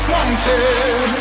Wanted